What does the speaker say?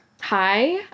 Hi